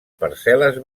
parcel·les